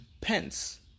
Pence